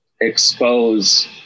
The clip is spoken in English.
expose